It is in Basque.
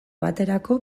baterako